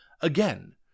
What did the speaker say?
again